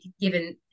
given